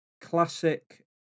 classic